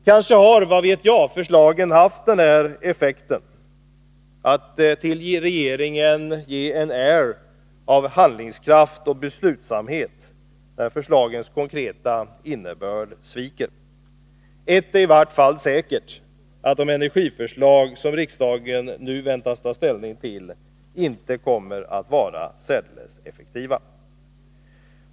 Kanske har — vad vet jag — förslaget haft den effekten att regeringen ges en air av handlingskraft och beslutsamhet, när förslagens konkreta innebörd sviker. Ett är i varje fall säkert: De energiförslag som riksdagen nu väntas ta ställning till kommer inte att vara särskilt effektiva.